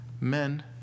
Men